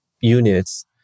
units